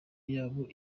yabo